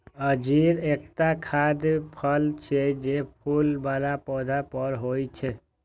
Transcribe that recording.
अंजीर एकटा खाद्य फल छियै, जे फूल बला पौधा पर होइ छै